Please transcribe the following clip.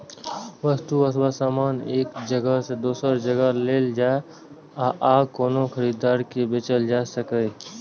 वस्तु अथवा सामान एक जगह सं दोसर जगह लए जाए आ कोनो खरीदार के बेचल जा सकै